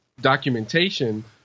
documentation